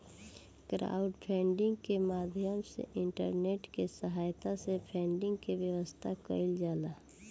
crowdfunding के माध्यम से इंटरनेट के सहायता से फंडिंग के व्यवस्था कईल जाला